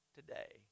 Today